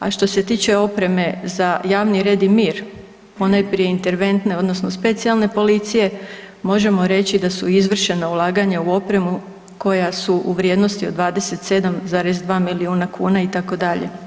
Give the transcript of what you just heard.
A što se tiče opreme za javni red i mir, ponajprije interventne odnosno specijalne policije možemo reći da su izvršena ulaganja u opremu koja su u vrijednosti od 27,2 milijuna kuna, itd.